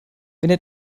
der